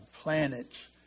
planets